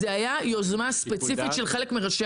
זאת הייתה יוזמה ספציפית של חלק מראשי